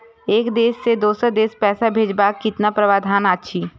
एक देश से दोसर देश पैसा भैजबाक कि प्रावधान अछि??